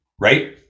right